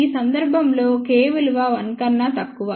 ఈ సందర్భంలో K విలువ 1 కన్నా తక్కువ